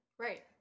Right